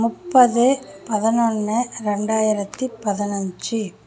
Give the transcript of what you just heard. முப்பது பதினொன்று ரெண்டாயிரத்தி பதினைஞ்சு